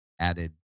added